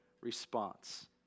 response